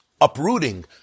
Uprooting